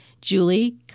Julie